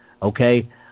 Okay